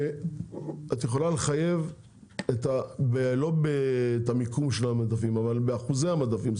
את יכולה לחייב לא לפי המיקום של המדפים אלא לפי אחוזי המדפים,